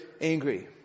angry